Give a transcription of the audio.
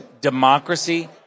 democracy